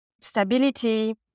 stability